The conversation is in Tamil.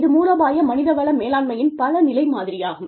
இது மூலோபாய மனித வள மேலாண்மையின் பல நிலை மாதிரியாகும்